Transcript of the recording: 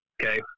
okay